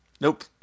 Nope